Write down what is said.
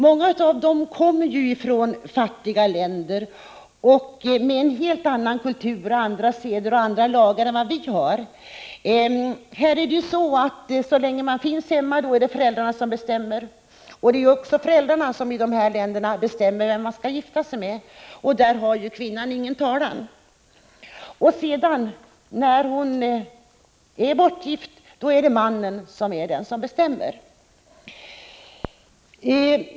Många av dem kommer från fattiga länder med helt annan kultur och andra seder och lagar än vad vi har. Så länge man finns hemma är det föräldrarna som bestämmer. Det är också föräldrarna som i dessa länder bestämmer vem man skall gifta sig med, och på den punkten har kvinnan ingen talan. När kvinnan väl är bortgift är det mannen som bestämmer.